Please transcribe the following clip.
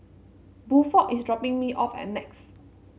Buford is dropping me off at Nex